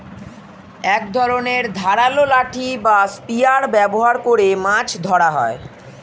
এক ধরনের ধারালো লাঠি বা স্পিয়ার ব্যবহার করে মাছ ধরা হয়